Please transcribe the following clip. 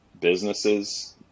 businesses